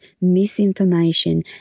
misinformation